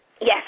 Yes